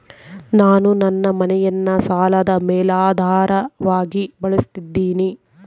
ನಾನು ನನ್ನ ಮನೆಯನ್ನ ಸಾಲದ ಮೇಲಾಧಾರವಾಗಿ ಬಳಸಿದ್ದಿನಿ